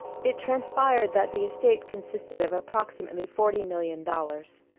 it transpired that the estate consisted of approximately forty million dollars.